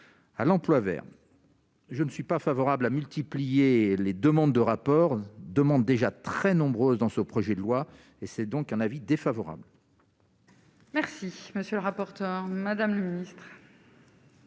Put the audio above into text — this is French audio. à l'emploi Vert, je ne suis pas favorable à multiplier les demandes de rapport demande déjà très nombreuses dans ce projet de loi et c'est donc un avis défavorable. Merci, monsieur le rapporteur, Madame le Ministre.